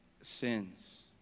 sins